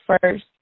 first